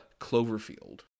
Cloverfield